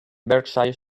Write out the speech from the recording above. berkshire